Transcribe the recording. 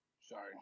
Sorry